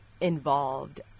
involved